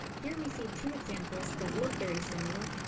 here we see two examples that look very similar,